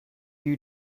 you